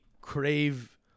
crave